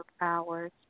hours